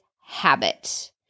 habit